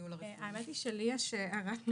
האמת היא שלי יש הערת נוסח.